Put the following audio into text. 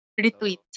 retweet